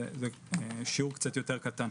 שם השיעור קצת קטן יותר.